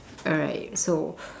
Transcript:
alright so